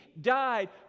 died